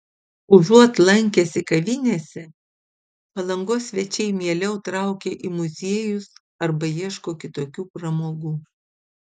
užuot lankęsi kavinėse palangos svečiai mieliau traukia į muziejus arba ieško kitokių pramogų